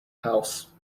house